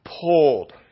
pulled